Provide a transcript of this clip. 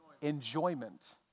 Enjoyment